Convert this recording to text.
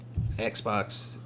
Xbox